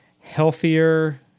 healthier